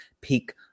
peak